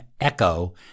echo